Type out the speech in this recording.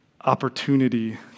opportunity